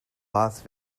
las